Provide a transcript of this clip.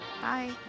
Bye